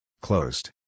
Closed